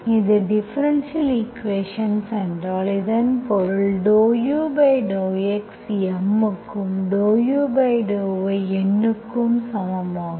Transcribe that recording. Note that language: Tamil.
இது டிஃபரென்ஷியல் ஈக்குவேஷன்ஸ் என்றால் இதன் பொருள் ∂u∂x M க்கும் ∂u∂y Nக்கும் சமம் ஆகும்